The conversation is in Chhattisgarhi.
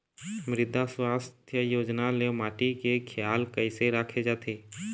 मृदा सुवास्थ योजना ले माटी के खियाल कइसे राखे जाथे?